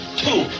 two